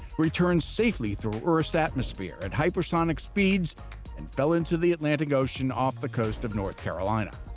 returned safely through earth's atmosphere at hypersonic speeds and fell into the atlantic ocean off the coast of north carolina.